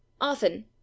Often